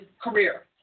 career